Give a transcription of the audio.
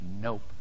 Nope